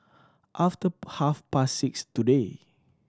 after half past six today